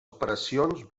operacions